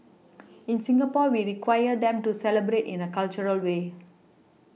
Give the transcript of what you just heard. in Singapore we require them to celebrate in a cultural way